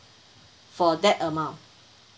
for that amount